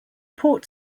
port